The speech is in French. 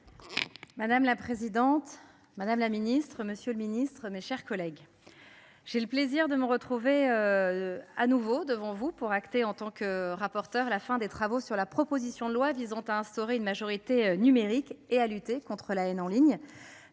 Madame la présidente. Madame la Ministre, Monsieur le Ministre, mes chers collègues. J'ai le plaisir de me retrouver. À nouveau devant vous pour acter en tant que rapporteur la fin des travaux sur la proposition de loi visant à instaurer une majorité numérique et à lutter contre la haine en ligne.